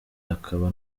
akaba